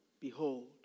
Behold